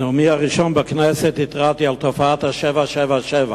בנאומי הראשון בכנסת התרעתי על תופעת ה-777.